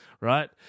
right